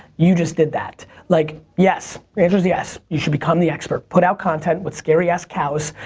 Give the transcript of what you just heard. you just did that. like yes, the answer's yes. you should become the expert. put out content with scary ass cows,